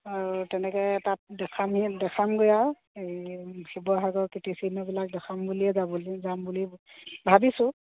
আৰু তেনেকৈ তাত দেখামহি দেখামগৈ আৰু এই শিৱসাগৰৰ কীৰ্তিচিহ্নবিলাক দেখাম বুলিয়ে যাবলৈ যাম বুলি ভাবিছোঁ